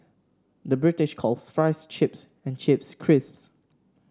the British calls fries chips and chips crisps